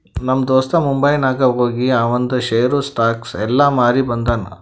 ನಮ್ ದೋಸ್ತ ಮುಂಬೈನಾಗ್ ಹೋಗಿ ಆವಂದ್ ಶೇರ್, ಸ್ಟಾಕ್ಸ್ ಎಲ್ಲಾ ಮಾರಿ ಬಂದುನ್